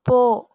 போ